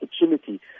opportunity